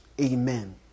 Amen